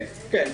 כן.